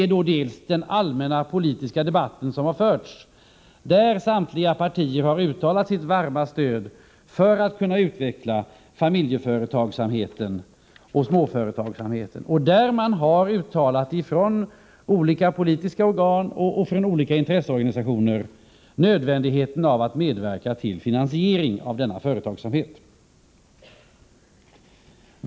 Det gäller först den allmänna politiska debatten där samtliga partier har uttalat sitt varma stöd för utvecklandet av familjeföretagsamheten och småföretagsamheten. Olika politiska organ och olika intresseorganisationer har här framhållit nödvändigheten av att medverka till finansieringen av denna företagsamhet.